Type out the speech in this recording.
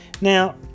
Now